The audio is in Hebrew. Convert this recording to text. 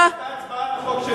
היתה הצבעה על החוק של גפני?